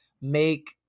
make